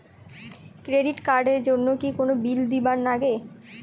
Credit card এর জন্যে কি কোনো বিল দিবার লাগে?